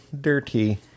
dirty